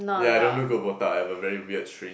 yeah I don't look good in botak I have a very weird strange